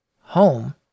home